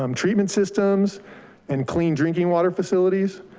um treatment systems and clean drinking water facilities.